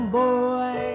boy